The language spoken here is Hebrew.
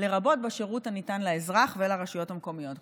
לרבות בשירות הניתן לאזרח ולרשויות המקומיות.